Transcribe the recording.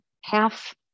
half